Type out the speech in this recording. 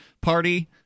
party